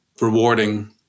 rewarding